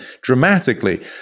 dramatically